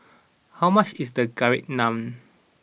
how much is Garlic Naan